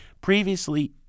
previously